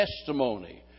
testimony